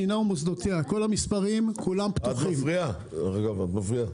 כל המספרים פתוחים של המדינה ומוסדותיה.